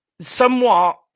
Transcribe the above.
somewhat